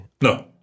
No